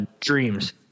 Dreams